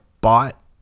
bought